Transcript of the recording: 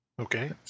Okay